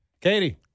Katie